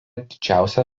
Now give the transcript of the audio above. didžiausia